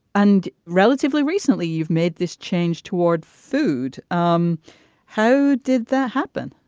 and relatively recently, you've made this change toward food. um how did that happen?